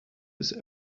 his